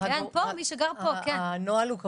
הנוהל הוא,